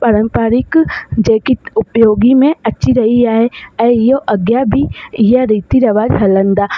परंपारिक जेकी उपियोगी में अची रही आहे ऐं इहो अॻियां भी इहा रीती रिवाज हलंदा